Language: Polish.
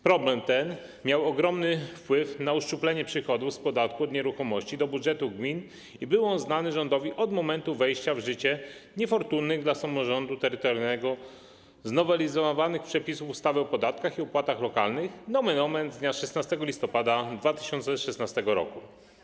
Problem ten miał ogromny wpływ na uszczuplenie przychodów z podatku od nieruchomości do budżetów gmin i był on znany rządowi od momentu wejścia w życie niefortunnych dla samorządu terytorialnego, znowelizowanych przepisów ustawy o podatkach i opłatach lokalnych, nomen omen, z dnia 16 listopada 2016 r.